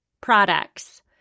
Products